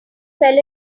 fell